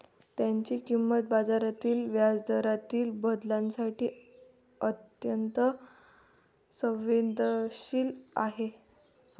त्याची किंमत बाजारातील व्याजदरातील बदलांसाठी अत्यंत संवेदनशील आहे